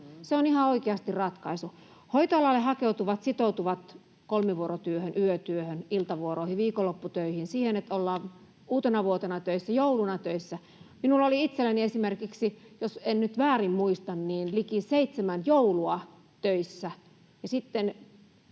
Se on ihan oikeasti ratkaisu. Hoitoalalle hakeutuvat sitoutuvat kolmivuorotyöhön, yötyöhön, iltavuoroihin, viikonlopputöihin, siihen, että ollaan uutenavuotena töissä, jouluna töissä. Minulla oli itselläni esimerkiksi — jos en nyt väärin muista — liki seitsemän joulua töissä.